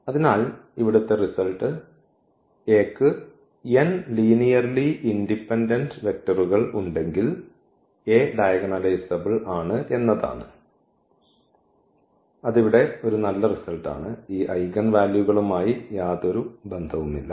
അതിനാൽ ഇവിടുത്തെ result A ക്ക് n ലീനിയർലി ഇൻഡിപെൻഡന്റ് വെക്ടറുകൾ ഉണ്ടെങ്കിൽ A ഡയഗണലൈസബ്ൾ ആണ് എന്നതാണ് അത് ഇവിടെ ഒരു നല്ല റിസൾട്ട് ആണ് ഈ ഐഗൻ വാല്യൂകളുമായി യാതൊരു ബന്ധവുമില്ല